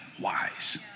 wise